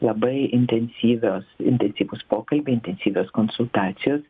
labai intensyvios intensyvūs pokalbiai intensyvios konsultacijos